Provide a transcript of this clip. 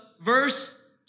verse